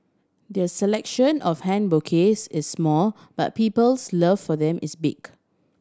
their selection of hand bouquets is small but people's love for them is big